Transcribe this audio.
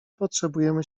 potrzebujemy